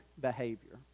behavior